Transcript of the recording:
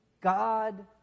God